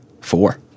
Four